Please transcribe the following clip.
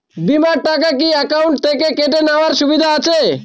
বিমার টাকা কি অ্যাকাউন্ট থেকে কেটে নেওয়ার সুবিধা আছে?